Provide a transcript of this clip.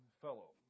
fellow